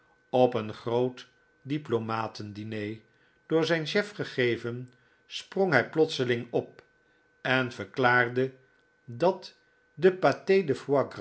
op een groot diplomaten diner door zijn chef gegeven sprong hij plotseling op en verklaarde dat de pate de